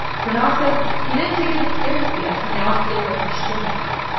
pranav says he didn't take it as seriously as he now feels like he should have,